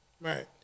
Right